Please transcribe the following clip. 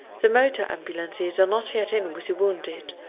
the motor ambulances are not yet in with the wounded.